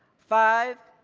five,